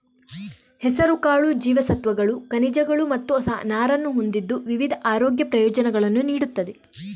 ಹೆಸರುಕಾಳು ಜೀವಸತ್ವಗಳು, ಖನಿಜಗಳು ಮತ್ತು ನಾರನ್ನು ಹೊಂದಿದ್ದು ವಿವಿಧ ಆರೋಗ್ಯ ಪ್ರಯೋಜನಗಳನ್ನು ನೀಡುತ್ತದೆ